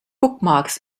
bookmarks